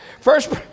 First